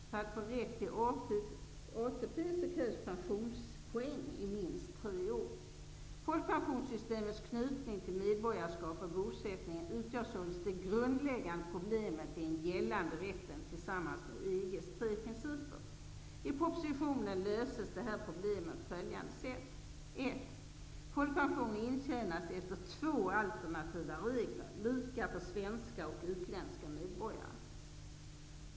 För att få rätt till ATP krävs pensionspoäng under minst tre år. Folkpensionssystemets knytning till medborgarskap och bosättning utgör således det grundläggande problemet i den gällande rätten tillsammans med EG:s tre principer. I propositionen löses problemet på följande sätt: Folkpension intjänas efter två alternativa regler, lika för svenska och utländska medborgare.